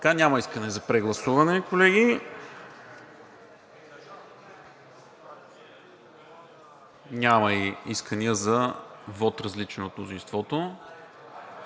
Няма искане за прегласуване, колеги. Няма и искания за вот, различен от мнозинството.